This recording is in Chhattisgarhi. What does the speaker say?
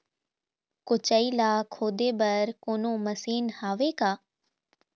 कोचई ला खोदे बर कोन्हो मशीन हावे का?